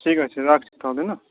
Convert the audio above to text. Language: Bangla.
ঠিক আছে রাখছি তাহলে না